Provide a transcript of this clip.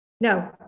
no